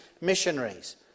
missionaries